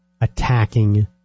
attacking